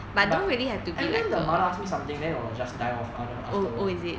but every time the mother ask me something then it will just die off I never ask her a lot